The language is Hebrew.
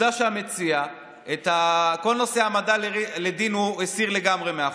עובדה שהמציע את כל נושא העמדה לדין הסיר לגמרי מהחוק.